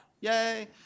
Yay